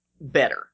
better